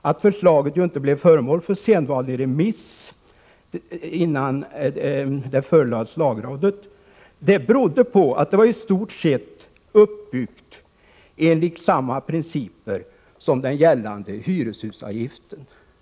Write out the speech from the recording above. Att förslaget inte blev föremål för sedvanlig remiss innan det förelades lagrådet berodde på att det var uppbyggt enligt i stort sett samma principer som gäller för hyreshusavgiften.